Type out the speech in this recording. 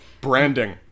Branding